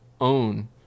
own